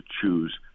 choose